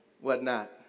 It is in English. Whatnot